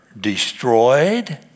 destroyed